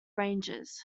rangers